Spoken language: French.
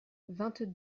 vingt